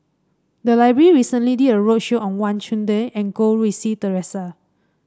the library recently did a roadshow on Wang Chunde and Goh Rui Si Theresa